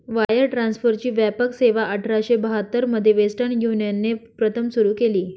wire ट्रान्सफरची व्यापक सेवाआठराशे बहात्तर मध्ये वेस्टर्न युनियनने प्रथम सुरू केली